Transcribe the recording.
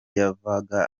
yavaga